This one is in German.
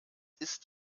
ist